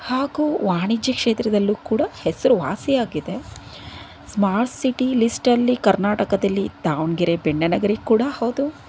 ಹಾಗೂ ವಾಣಿಜ್ಯ ಕ್ಷೇತ್ರದಲ್ಲೂ ಕೂಡ ಹೆಸರುವಾಸಿ ಆಗಿದೆ ಸ್ಮಾರ್ಟ್ ಸಿಟಿ ಲಿಸ್ಟಲ್ಲಿ ಕರ್ನಾಟಕದಲ್ಲಿ ದಾವಣಗೆರೆ ಬೆಣ್ಣೆ ನಗರಿ ಕೂಡ ಹೌದು